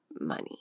money